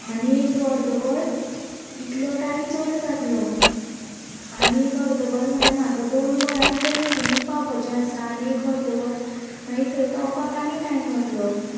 आनी एक अर्दवर इतलो टायम चड जातलो आनी एक अर्दवर म्हणल्यार म्हाका दोन वरां भितर मिटिंगेंक पावपाचें आसा आनी एक अर्दवर मागीर थंय पावपाक आनी टायम वतलो